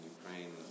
Ukraine